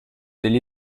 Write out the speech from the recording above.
degli